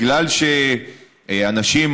בגלל שאנשים,